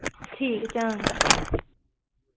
ठीक ऐ चंगा